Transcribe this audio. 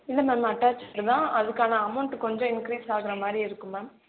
இல்லை ma'am attached தான் அதுக்கான அமௌண்ட் கொஞ்சம் இன்க்ரீஸ் ஆகுறமாதிரி இருக்கும் மேம்